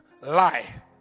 Lie